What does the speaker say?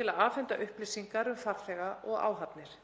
til að afhenda upplýsingar um farþega og áhafnir.